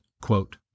quote